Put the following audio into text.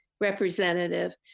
representative